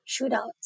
shootouts